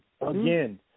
Again